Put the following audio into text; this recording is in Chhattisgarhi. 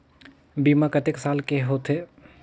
बीमा कतेक साल के होथे?